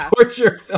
torture